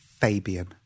Fabian